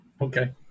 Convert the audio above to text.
Okay